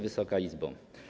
Wysoka Izbo!